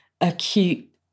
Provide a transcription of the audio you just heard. acute